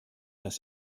das